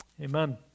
Amen